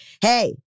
Hey